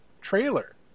trailer